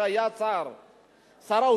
שהיה שר האוצר,